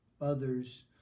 others